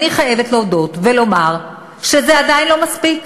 אני חייבת להודות ולומר שזה עדיין לא מספיק.